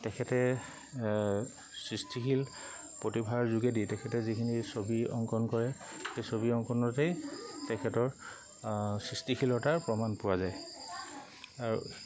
তেখেতে সৃষ্টিশীল প্ৰতিভাৰ যোগেদি তেখেতে যিখিনি ছবি অংকন কৰে সেই ছবি অংকনতেই তেখেতৰ সৃষ্টিশীলতাৰ প্ৰমাণ পোৱা যায় আৰু